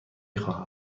خواهم